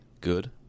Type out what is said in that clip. Good